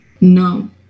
No